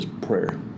prayer